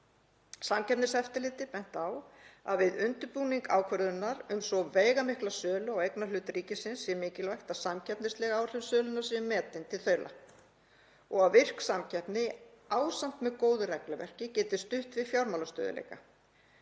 Samkeppniseftirlitið benti á að við undirbúning ákvörðunar um svo veigamikla sölu á eignarhlut ríkisins sé mikilvægt að samkeppnisleg áhrif sölunnar séu metin í þaula og að virk samkeppni ásamt með góðu regluverki geti stutt við fjármálastöðugleika.